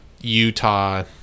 Utah